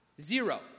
Zero